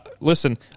listen